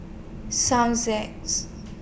Song that's